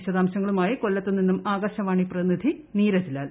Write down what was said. വിശദാംശങ്ങളുമായി കൊല്ലത്തു ആകാശവാണി പ്രതിനിധി നീരജ്ലാൽ